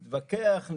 נתווכח,